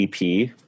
EP